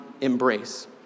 embrace